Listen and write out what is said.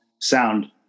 sound